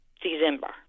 December